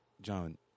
John